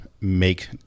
make